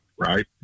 right